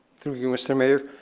through you, mr. mayor.